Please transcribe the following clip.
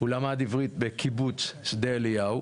הוא למד עברית בקיבוץ שדה אליהו,